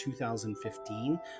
2015